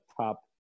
top